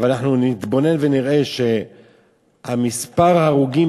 אבל אנחנו נתבונן ונראה שמספר ההרוגים,